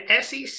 SEC